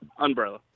Umbrella